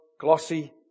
glossy